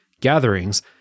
gatherings